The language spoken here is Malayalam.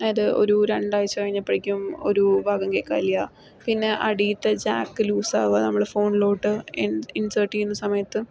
അത് ഒരു രണ്ടാഴ്ച കഴിഞ്ഞപ്പോഴേക്കും ഒരു ഭാഗം കേൾക്കാനില്ല പിന്നെ അടിയിലത്തെ ജാക്ക് ലൂസ് ആവുക നമ്മൾ ഫോണിലോട്ട് എൻ ഇൻസേർട്ട് ചെയുന്ന സമയത്ത്